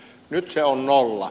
nyt se on nolla